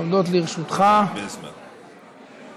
שעומדות לרשותך מעכשיו,